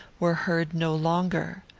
were heard no longer.